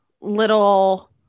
little